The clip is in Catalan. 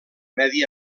medi